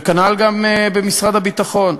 וכנ"ל גם במשרד הביטחון.